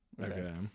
okay